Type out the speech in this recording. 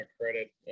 credit